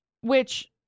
which-